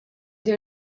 din